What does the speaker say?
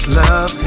love